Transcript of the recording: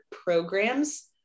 programs